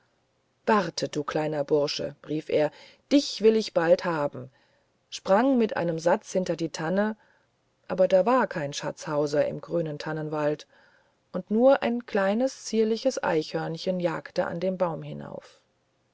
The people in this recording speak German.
warte du kleiner bursche rief er dich will ich bald haben sprang mit einem satz hinter die tanne aber da war kein schatzhauser im grünen tannenwald und nur ein kleines zierliches eichhörnchen jagte an dem baum hinauf